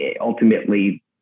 ultimately